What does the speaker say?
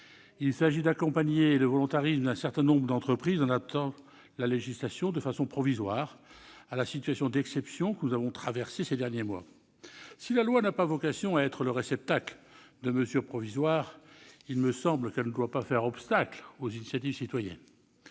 il s'agit d'accompagner le volontarisme d'un certain nombre d'entreprises en adaptant notre législation, de façon provisoire, à la situation d'exception que nous avons traversée ces derniers mois. Si la loi n'a pas vocation à être le réceptacle de mesures provisoires, il me semble qu'elle ne doit pas faire obstacle aux initiatives citoyennes.